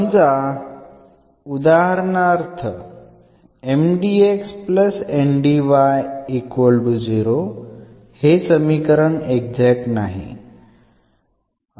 समजा उदाहरणार्थ हे समीकरण एक्झॅक्ट नाही